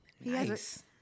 Nice